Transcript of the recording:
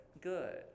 good